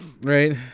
Right